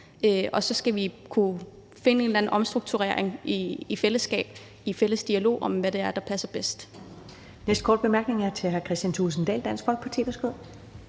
og så skal vi kunne finde en eller anden omstrukturering i fællesskab, i en fælles dialog om, hvad det er, der passer bedst.